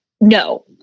no